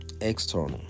external